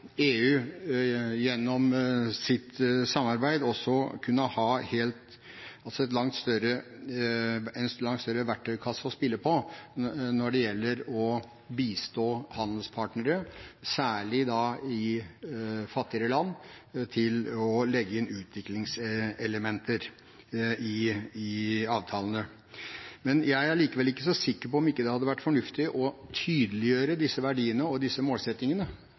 EU gjennom sitt samarbeid også kunne ha en større verktøykasse når det gjelder å bistå handelspartnere, særlig i fattige land, med å legge inn utviklingselementer i avtalene. Jeg er likevel ikke så sikker på om ikke det hadde vært fornuftig å tydeliggjøre disse verdiene og disse målsettingene